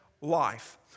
life